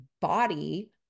body